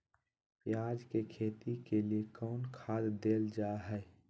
प्याज के खेती के लिए कौन खाद देल जा हाय?